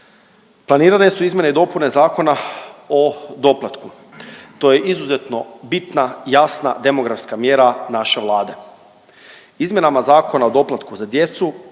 Planirane su izmjene i dopune Zakona o doplatku. To je izuzetno bitna, jasna demografska mjera naše Vlade. Izmjenama Zakona o doplatku za djecu